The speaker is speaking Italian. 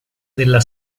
della